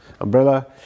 umbrella